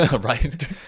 Right